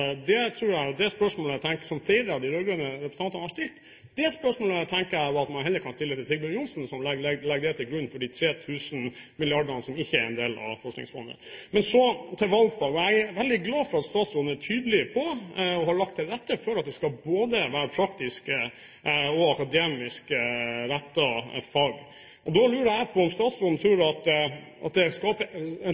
heller kan stille til Sigbjørn Johnsen, som legger det til grunn for 3 000 mrd. kr som ikke er en del av Forskningsfondet. Så til valgfag: Jeg er veldig glad for at statsråden er tydelig på og har lagt til rette for at det skal være både praktisk og akademisk rettede fag. Da lurer jeg på om statsråden tror at det skaper